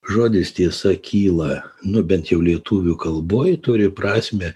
žodis tiesa kyla nu bent jau lietuvių kalboj turi prasmę